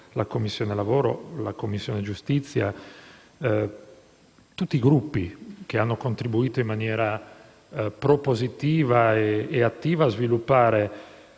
la Commissione lavoro e la Commissione giustizia. Ringrazio tutti i Gruppi che hanno contribuito in maniera propositiva e attiva a sviluppare